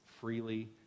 freely